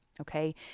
Okay